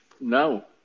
No